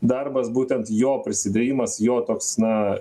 darbas būtent jo prisidėjimas jo toks na